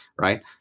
Right